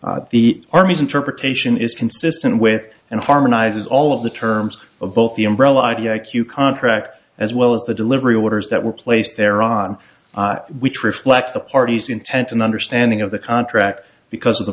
the army's interpretation is consistent with and harmonizes all of the terms of both the umbrella idea q contract as well as the delivery orders that were placed there on which reflects the party's intent an understanding of the contract because of the